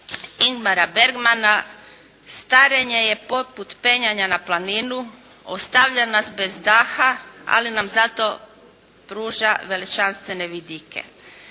Ingmara Bergmana, "Starenje je poput penjanja na planinu, ostavlja nas bez daha, ali nam zato pruža veličanstvene vidike.".